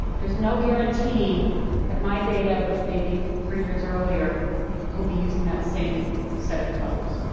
there's no guarantee that my data which may be from three years earlier will be using that same set of codes.